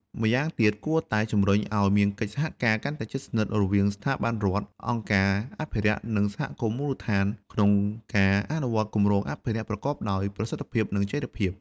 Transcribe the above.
ម្យ៉ាងទៀត គួរតែជំរុញឱ្យមានកិច្ចសហការកាន់តែជិតស្និទ្ធរវាងស្ថាប័នរដ្ឋ អង្គការអភិរក្ស និងសហគមន៍មូលដ្ឋាន ក្នុងការអនុវត្តគម្រោងអភិរក្សប្រកបដោយប្រសិទ្ធភាព និងចីរភាព។